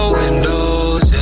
windows